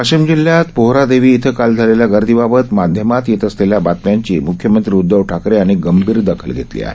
वाशीम जिल्ह्यात पोहरादेवी इथं काल झालेल्या गर्दीबाबत माध्यमांत येत असलेल्या बातम्यांची मुख्यमंत्री उदधव ठाकरे यांनी गंभीर दखल घेतली आहे